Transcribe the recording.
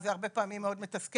זה הרבה פעמים מאוד מתסכל.